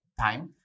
time